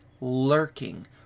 lurking